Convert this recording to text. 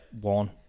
one